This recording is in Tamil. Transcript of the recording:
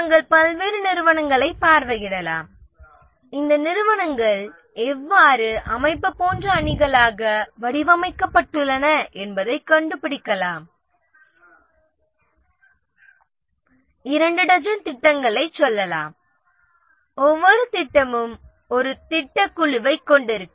நாங்கள் பல்வேறு நிறுவனங்களைப் பார்வையிடலாம் இந்த நிறுவனங்கள் எவ்வாறு அமைப்பு போன்ற அணிகளாக வடிவமைக்கப்பட்டுள்ளன என்பதைக் கண்டுபிடிக்கலாம் இரண்டு டஜன் திட்டங்களைச் சொல்லலாம் ஒவ்வொரு திட்டமும் ஒரு திட்டக் குழுவைக் கொண்டிருக்கும்